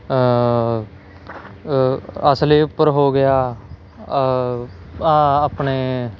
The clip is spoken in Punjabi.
ਅ ਅਸਲੇ ਉੱਪਰ ਹੋ ਗਿਆ ਆ ਆਪਣੇ